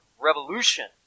revolution